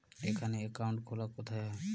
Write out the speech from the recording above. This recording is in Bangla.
এখানে অ্যাকাউন্ট খোলা কোথায় হয়?